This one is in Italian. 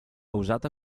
usata